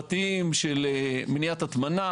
סביבתיים של מניעת הטמנה.